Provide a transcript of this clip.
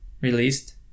released